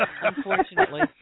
Unfortunately